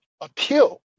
appeal